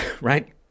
right